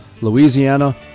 Louisiana